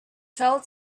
fell